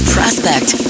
Prospect